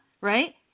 right